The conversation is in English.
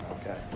okay